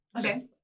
okay